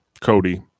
Cody